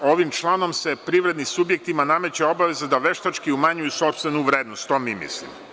Ovim članom se privrednim subjektima nameće obaveza da veštački umanjuju sopstvenu vrednost, to mi mislimo.